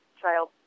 child